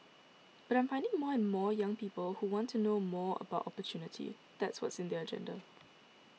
but I'm finding more and more young people who want to know more about opportunity that's what's in their agenda